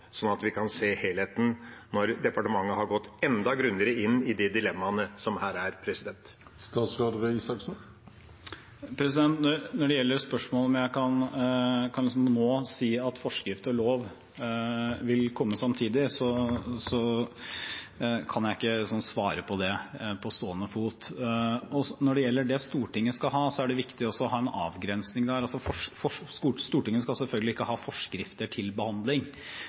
sånn at vi kan se helheten når departementet har gått enda grundigere inn i de dilemmaene som her er? Når det gjelder spørsmålet om forskrift og lov vil komme samtidig, kan jeg ikke svare på det på stående fot. Når det gjelder det Stortinget skal ha, er det viktig å ha en avgrensning der, Stortinget skal selvfølgelig ikke ha forskrifter til behandling.